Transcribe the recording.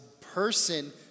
person